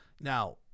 Now